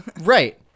Right